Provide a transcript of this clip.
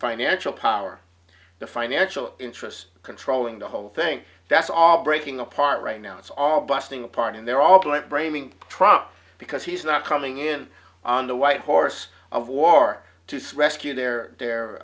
financial power the financial interests controlling the whole thing that's all breaking apart right now it's all busting apart and they're all playing braining trump because he's not coming in on the white horse of war to thresh q they're the